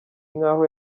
nk’aho